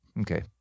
okay